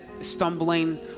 stumbling